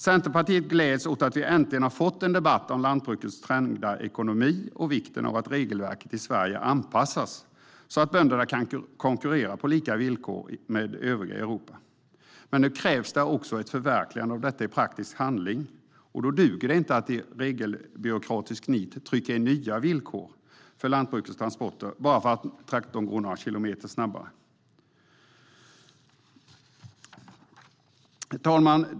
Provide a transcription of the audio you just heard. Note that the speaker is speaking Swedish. Centerpartiet gläds åt att vi äntligen har fått en debatt om lantbrukets trängda ekonomi och vikten av att regelverket i Sverige anpassas så att bönderna kan konkurrera på lika villkor med övriga Europa. Men nu krävs det ett förverkligande i praktisk handling. Då duger det inte att i regelbyråkratiskt nit trycka in nya villkor för lantbrukets transporter bara för att traktorn går några kilometer snabbare! Herr talman!